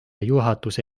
juhatuse